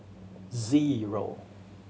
zero